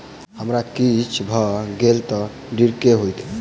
हमरा किछ भऽ गेल तऽ ऋण केँ की होइत?